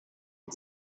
and